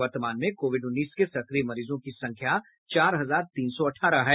वर्तमान में कोविड उन्नीस के सक्रिय मरीजों की संख्या चार हजार तीन सौ अठारह है